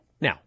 Now